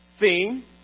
theme